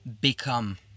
become